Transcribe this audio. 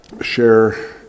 share